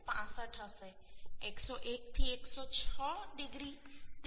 65 હશે 101 થી 106 ડિગ્રી તે 0